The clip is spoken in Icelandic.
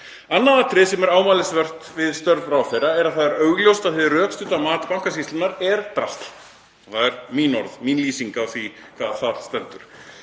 Annað atriði sem er ámælisvert við störf ráðherra er að það er augljóst að hið rökstudda mat Bankasýslunnar er drasl. Það eru mín orð, mín lýsing á því sem þar stendur.